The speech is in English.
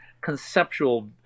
conceptual